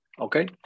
Okay